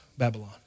Babylon